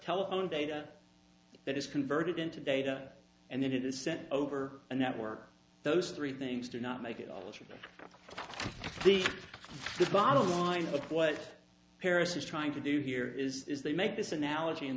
telephone data that is converted into data and then it is sent over a network those three things do not make it all the the bottom line but what paris is trying to do here is they make this analogy